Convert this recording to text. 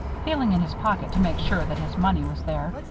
feeling in his pocket to make sure that his money was there,